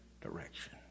direction